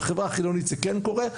בחברה החילונית זה כן קורה,